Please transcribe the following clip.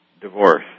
divorce